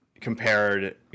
compared